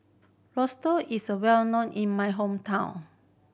Risotto is well known in my hometown